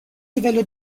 livello